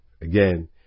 again